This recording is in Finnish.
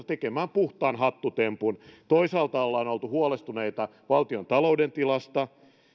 tekemään puhtaan hattutempun toisaalta ollaan oltu huolestuneita valtiontalouden tilasta